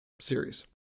series